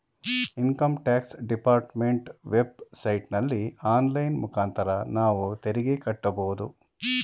income tax department web ಸೈಟಲ್ಲಿ online ಮುಖಾಂತರ ನಾವು ತೆರಿಗೆ ಕಟ್ಟಬೋದು